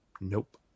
Nope